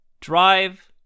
Drive